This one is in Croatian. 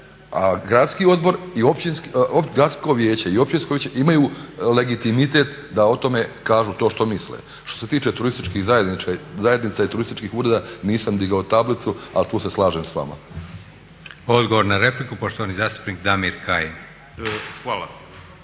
gradsko vijeće i općinsko vijeće imaju legitimitet da o tome kažu to što misle. Što se tiče turističkih zajednica i turističkih ureda nisam digao tablicu ali tu se slažem s vama. **Leko, Josip (SDP)** Odgovor na repliku poštovani zastupnik Damir Kajin.